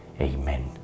Amen